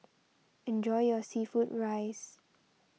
enjoy your Seafood Rice